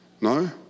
No